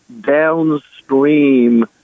downstream